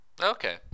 okay